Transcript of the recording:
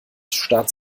starrt